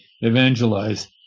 evangelize